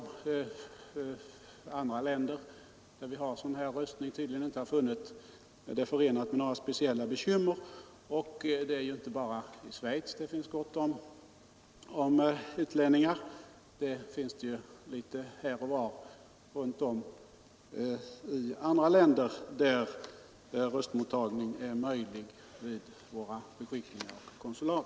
I andra länder, där vi har möjlighet till röstning, har man inte funnit det förenat med några speciella svårigheter. Det är inte bara i Schweiz som man har gott om utlänningar. Det har man litet varstans i andra länder, där röstmottagning förekommer vid våra beskickningar och konsulat.